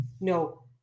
no